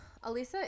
Alisa